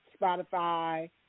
Spotify